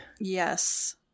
yes